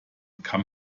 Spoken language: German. kamm